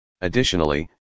Additionally